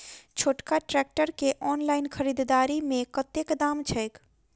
छोटका ट्रैक्टर केँ ऑनलाइन खरीददारी मे कतेक दाम छैक?